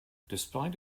despite